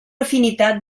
afinitat